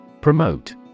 Promote